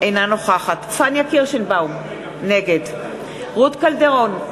אינה נוכחת פניה קירשנבאום, נגד רות קלדרון,